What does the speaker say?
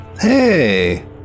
Hey